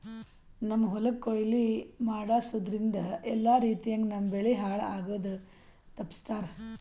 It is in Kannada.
ನಮ್ಮ್ ಹೊಲಕ್ ಕೊಯ್ಲಿ ಮಾಡಸೂದ್ದ್ರಿಂದ ಎಲ್ಲಾ ರೀತಿಯಂಗ್ ನಮ್ ಬೆಳಿ ಹಾಳ್ ಆಗದು ತಪ್ಪಸ್ತಾರ್